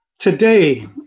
Today